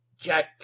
Jack